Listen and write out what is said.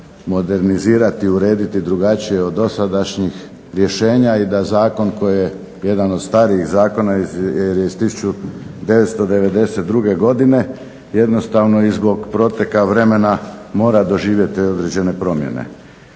modernizirati, urediti drugačije od dosadašnjih rješenja i da zakon koji je jedan od starijih zakona iz 1992. godine jednostavno i zbog proteka vremena mora doživjeti određene promjene.